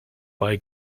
bei